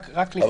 אבל